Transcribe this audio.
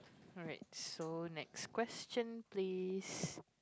alright so next question please